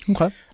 Okay